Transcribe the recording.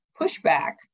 pushback